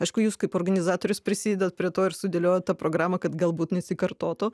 aišku jūs kaip organizatorius prisidedat prie to ir sudėliojat tą programą kad galbūt nesikartotų